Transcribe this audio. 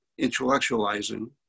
intellectualizing